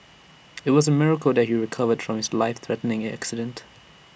IT was A miracle that he recovered from his life threatening accident